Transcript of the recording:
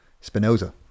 Spinoza